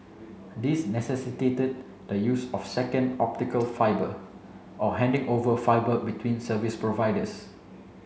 these necessitated the use of second optical fibre or handing over fibre between service providers